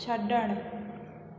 छॾणु